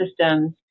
systems